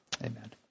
amen